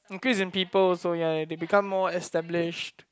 increase in people also ya they become more established